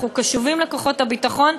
אנחנו קשובים לכוחות הביטחון,